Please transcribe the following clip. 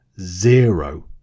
Zero